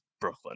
brooklyn